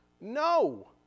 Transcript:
No